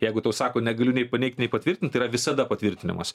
jeigu tau sako negaliu nei paneigt nei patvirtint tai yra visada patvirtinimas